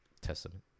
Testament